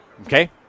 Okay